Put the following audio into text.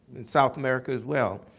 south america as well.